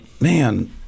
man